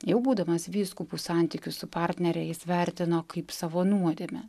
jau būdamas vyskupu santykius su partnere jis vertino kaip savo nuodėmę